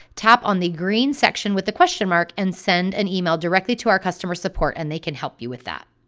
tap on the green section with a question mark, and send an email directly to our customer support and they can help you with that.